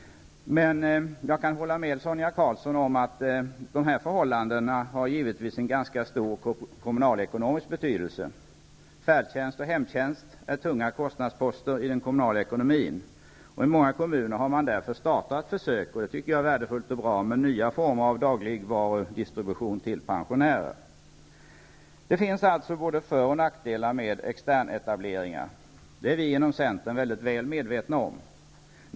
Jag kan hålla med Sonia Karlsson om att dessa förhållanden givetvis har en ganska stor kommunalekonomisk betydelse. Färdtjänst och hemtjänst är tunga kostnadsposter i den kommunala ekonomin. I många kommuner har man därför startat försök -- och det tycker jag är värdefullt -- med nya former av dagligvarudistribution till pensionärer. Det finns alltså både för och nackdelar med externetableringar. Vi är inom centern mycket väl medvetna om detta.